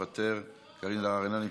מוותר, קארין אלהרר, אינה נמצאת.